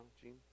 Gene